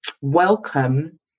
welcome